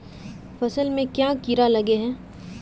फसल में क्याँ कीड़ा लागे है?